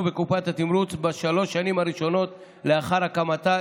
בקופת התמרוץ בשלוש השנים הראשונות לאחר הקמתה,